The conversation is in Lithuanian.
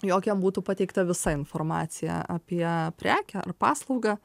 jog jam būtų pateikta visa informacija apie prekę ar paslaugą